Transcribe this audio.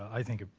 i think,